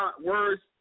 Words